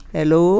Hello